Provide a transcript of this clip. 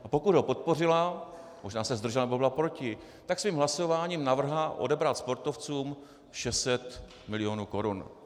A pokud ho podpořila, možná se zdržela nebo byla proti, tak svým hlasováním navrhla odebrat sportovcům 600 milionů korun.